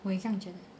我也这样觉得